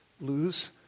lose